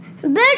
Bird